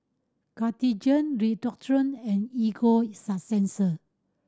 Cartigain Redoxon and Ego Sunsense